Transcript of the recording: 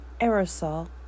Aerosol